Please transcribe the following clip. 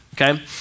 okay